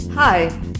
Hi